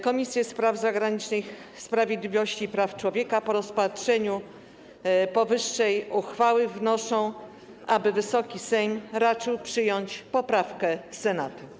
Komisje Spraw Zagranicznych oraz Sprawiedliwości i Praw Człowieka, po rozpatrzeniu powyższej uchwały, wnoszą, aby Wysoki Sejm raczył przyjąć poprawkę Senatu.